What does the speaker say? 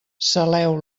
saleu